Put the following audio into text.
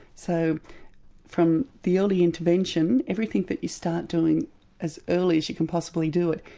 so from the early intervention, everything that you start doing as early as you can possibly do it,